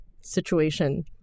situation